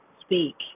Speak